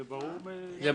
זה ברור מההגדרה.